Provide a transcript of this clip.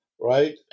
right